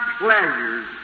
pleasures